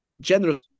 general